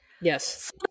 Yes